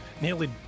nearly